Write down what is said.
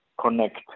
connect